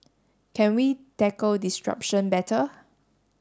can we tackle disruption better